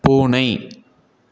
பூனை